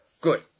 Good